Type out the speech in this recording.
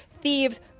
thieves